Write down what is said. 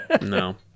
No